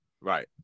Right